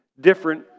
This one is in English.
different